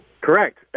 Correct